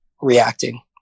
reacting